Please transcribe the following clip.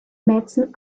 mäzen